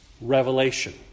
revelation